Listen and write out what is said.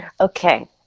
Okay